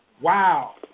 wow